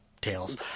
tales